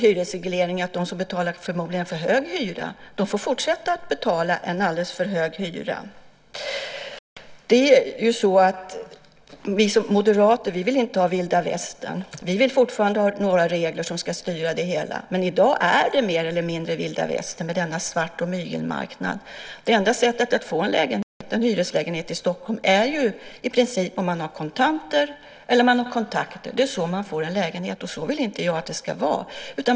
Hyresregleringen gör att de som förmodligen betalar för hög hyra får fortsätta att betala en alldeles för hög hyra. Vi moderater vill inte ha vilda västern. Vi vill fortfarande ha några regler som ska styra det hela. Men i dag är det mer eller mindre vilda västern med denna svart och mygelmarknad. Det enda sättet att få en hyreslägenhet i Stockholm är i princip om man har kontanter eller har kontakter. Det är så man får en lägenhet. Så vill inte jag att det ska vara.